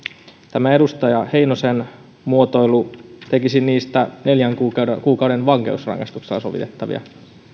tämä edustaja heinosen muotoilu tekisi niistä neljän kuukauden kuukauden vankeusrangaistuksella sovitettavia